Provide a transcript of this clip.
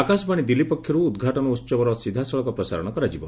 ଆକାଶବାଣୀ ଦିଲ୍ଲୀ ପକ୍ଷରୁ ଉଦ୍ଘାଟନ ଉହବର ସିଧାସଳଖ ପ୍ରସାରଣ କରାଯିବ